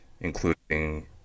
including